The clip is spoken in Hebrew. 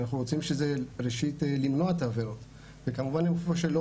אנחנו רוצים ראשית למנוע את העבירות וכמובן איפה שלא